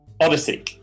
Odyssey